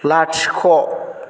लाथिख'